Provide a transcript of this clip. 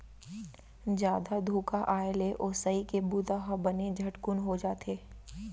जादा धुका आए ले ओसई के बूता ह बने झटकुन हो जाथे